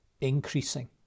increasing